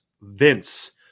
Vince